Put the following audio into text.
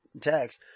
text